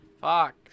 Fuck